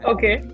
Okay